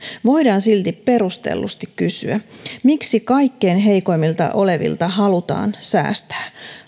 voidaan silti perustellusti kysyä miksi kaikkein heikoimmilla olevilta halutaan säästää